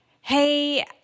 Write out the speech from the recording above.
hey